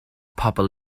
pobl